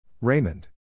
Raymond